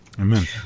Amen